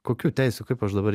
kokių teisių kaip aš dabar